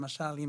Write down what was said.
למשל,